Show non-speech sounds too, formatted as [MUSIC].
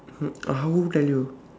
[NOISE] how are you